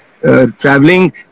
traveling